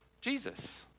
Jesus